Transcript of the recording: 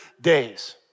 days